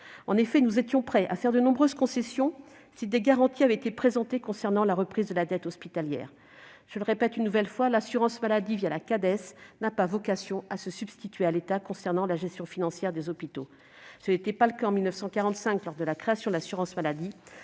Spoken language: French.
En effet, nous étions prêts à faire de nombreuses concessions si des garanties avaient été présentées concernant la reprise de la dette hospitalière. Je le répète une nouvelle fois : l'assurance maladie, via la Cades, n'a pas vocation à se substituer à l'État concernant la gestion financière des hôpitaux. Ce n'était pas le cas en 1945 lors de la création de l'assurance maladie